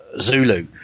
Zulu